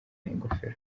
ingofero